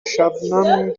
شبنم